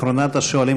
אחרונת השואלים,